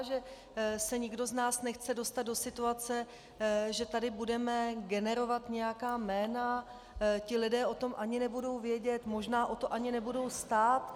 Že se nikdo z nás nechce dostat do situace, že tady budeme generovat nějaká jména, ti lidé o tom ani nebudou vědět, možná o to ani nebudou stát.